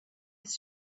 his